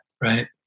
right